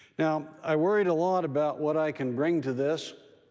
now, i worried a lot about what i can bring to this.